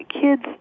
kids